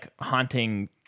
haunting